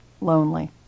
lonely